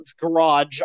garage